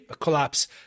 collapse